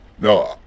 No